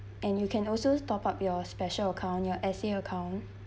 and you can also top up your special account your S_A account